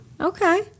Okay